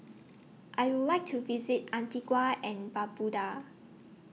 I Would like to visit Antigua and Barbuda